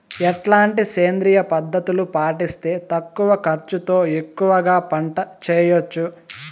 ఎట్లాంటి సేంద్రియ పద్ధతులు పాటిస్తే తక్కువ ఖర్చు తో ఎక్కువగా పంట చేయొచ్చు?